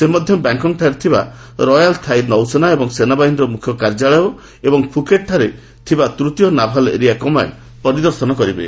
ସେ ମଧ୍ୟ ବ୍ୟାଙ୍ଗ୍କକ୍ଠାରେ ଥିବା ରୟାଲ୍ ଥାଇ ନୌସେନା ଏବଂ ସେନାବାହିନୀର ମ୍ରଖ୍ୟ କାର୍ଯ୍ୟାଳୟ ଏବଂ ଫୁକେଟ୍ଠାରେ ଥିବା ତୃତୀୟ ନାଭାଲ୍ ଏରିଆ କମାଣ୍ଡ୍ ପରିଦର୍ଶନ କରିବେ